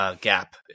Gap